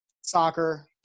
soccer